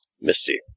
misty